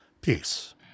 peace